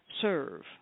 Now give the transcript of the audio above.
serve